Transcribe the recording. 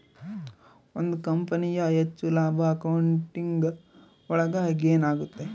ಒಂದ್ ಕಂಪನಿಯ ಹೆಚ್ಚು ಲಾಭ ಅಕೌಂಟಿಂಗ್ ಒಳಗ ಗೇನ್ ಆಗುತ್ತೆ